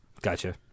Gotcha